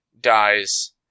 dies